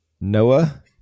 Noah